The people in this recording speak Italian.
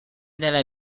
della